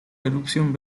erupción